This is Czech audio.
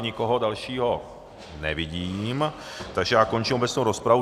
Nikoho dalšího nevidím, takže já končím obecnou rozpravu.